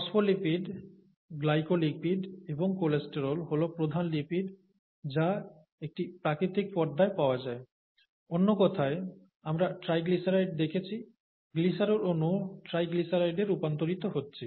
phospholipid glycolipid এবং cholesterol হল প্রধান লিপিড যা একটি প্রাকৃতিক পর্দায় পাওয়া যায় অন্য কথায় আমরা ট্রাইগ্লিসারাইড দেখেছি গ্লিসারল অণু ট্রাইগ্লিসারাইডে রূপান্তরিত হচ্ছে